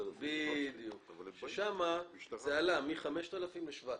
ששם זה עלה מ-5,000 ל-7,000,